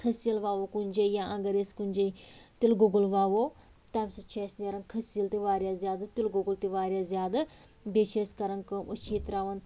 کھٔسیٖل وَوو کُنہِ جایہِ یا اگر أسۍ کُنہِ جایہِ تِلہٕ گۅگُل ووَو تَمہِ سۭتۍ چھِ اَسہِ نیران کھٔسیٖل تہِ وارِیاہ زیادٕ تِلہٕ گۅگُل تہِ وارِیاہ زیادٕ بیٚیہِ چھِ أسۍ کَران کٲم أسۍ چھِ یہِ ترٛاوان